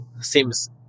seems